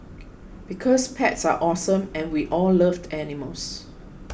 because pets are awesome and we all love the animals